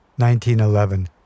1911